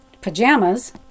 pajamas